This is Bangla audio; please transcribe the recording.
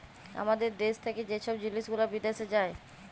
আমাদের দ্যাশ থ্যাকে যে ছব জিলিস গুলা বিদ্যাশে যায়